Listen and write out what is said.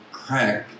crack